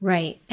Right